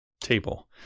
table